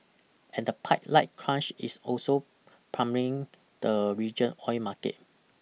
and the pipeline crunch is also pummelling the region oil market